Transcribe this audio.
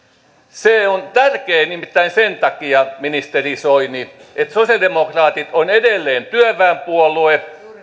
se on tärkeää nimittäin sen takia ministeri soini että sosialidemokraatit on edelleen työväenpuolue